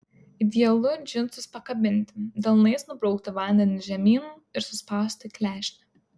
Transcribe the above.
idealu džinsus pakabinti delnais nubraukti vandenį žemyn ir suspausti klešnę